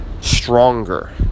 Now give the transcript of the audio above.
stronger